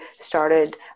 started